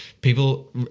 people